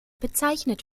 bezeichnet